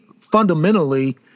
fundamentally